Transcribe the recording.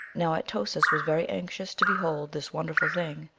now at-o-sis was very anxious to behold this wonder ful thing,